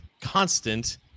constant